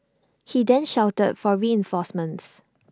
he then shouted for reinforcements